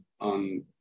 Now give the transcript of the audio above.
on